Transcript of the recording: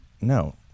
no